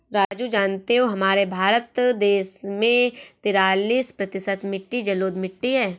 राजू जानते हो हमारे भारत देश में तिरालिस प्रतिशत मिट्टी जलोढ़ मिट्टी हैं